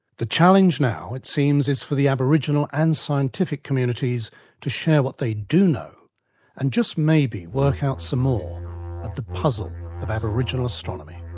the challenge now it seems is for the aboriginal and scientific communities to share what they do know and just maybe work out some more of the puzzle of aboriginal astronomy.